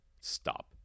stop